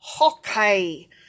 Okay